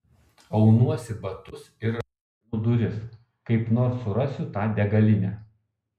aunuosi batus ir rakinu duris kaip nors surasiu tą degalinę